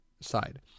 side